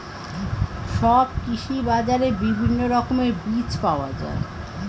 সব কৃষি বাজারে বিভিন্ন রকমের বীজ পাওয়া যায়